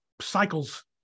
cycles